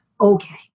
okay